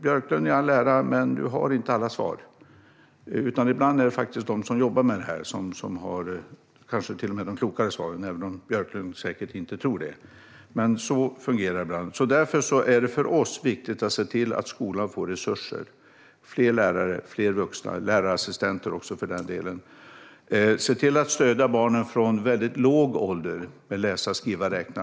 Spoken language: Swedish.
Björklund i all ära, men du har inte alla svar, utan ibland är det faktiskt de som jobbar med det här som har de kanske till och med klokare svaren, även om Björklund säkert inte tror det. Men så fungerar det. Det är för oss viktigt att skolan får resurser i form av fler lärare, fler vuxna - lärarassistenter också för den delen. Vi ska se till att stödja barnen från väldigt låg ålder med att lära sig att läsa, skriva och räkna.